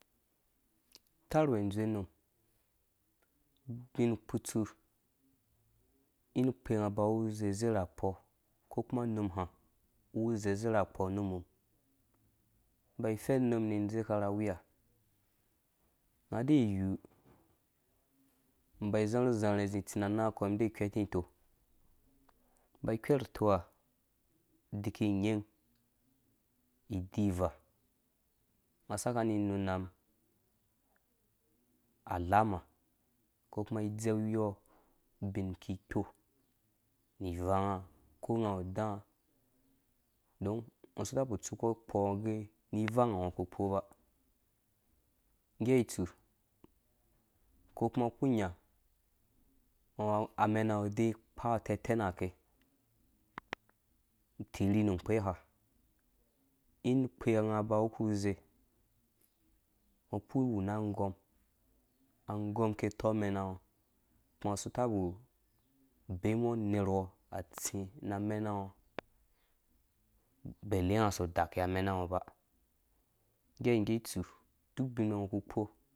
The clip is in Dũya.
Itar uwɛɛ ĩdzowe unum ubinkutsu, ing ukpenga uba uwu uzeze rakpo uko kuma unum ha uwu uzeze rakp nba ifɛn unum nibai idzeka ra awiya unga ade iyiwu ĩba izãrhã uzazha izĩ itsĩ na ananf ukɔ ide ikpɛting itok, ĩmba ikwer itok ha uiki inying, udi uvaa, akasaka ni inuna mum alama uko kuma idzeu iyɔɔ ubin iki ikpo ni ivanga uko unga awu udaã udon ungo usi itapu utsukɔ ukpɔ ouge ini ivanga ungo uku ukpo uba nggea itsu, ko kuma ngo ukpuru unya amɛna ng udei akpuru awu atɛtɛ nake, utirhi nu ungkpee ha ing ukpea nga uba uwuukpuku uzee, ngo ukpuru uwu na anggɔm, anggɔm ake atɔk amɛnango kuma ungo usu utapu ubee ngo unerwɔ atsĩ na amɛna ngo ubeli unga aso adakuwe amɛnango ba nggea ĩngge itsu ubin ungo uku ukpo